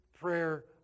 prayer